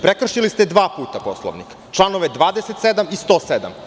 Prekršili ste dva puta Poslovnik, članove 27. i 107.